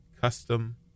custom